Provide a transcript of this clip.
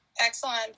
Excellent